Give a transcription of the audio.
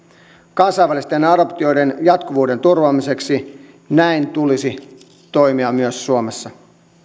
kansainvälisten adoptioiden jatkuvuuden turvaamiseksi näin tulisi toimia myös suomessa